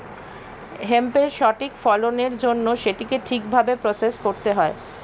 হেম্পের সঠিক ফলনের জন্য সেটিকে ঠিক ভাবে প্রসেস করতে হবে